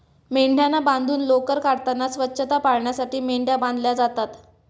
मेंढ्यांना बांधून लोकर काढताना स्वच्छता पाळण्यासाठी मेंढ्या बांधल्या जातात